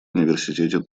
университете